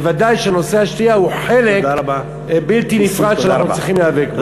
ודאי שנושא השתייה הוא חלק בלתי נפרד ממה שאנחנו צריכים להיאבק בו.